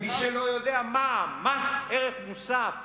מי שלא יודע, מס ערך מוסף.